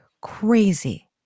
crazy